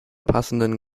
passenden